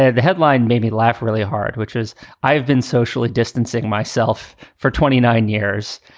ah the headline made me laugh really hard, which is i have been socially distancing myself for twenty nine years.